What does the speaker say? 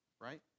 right